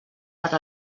per